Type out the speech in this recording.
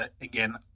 again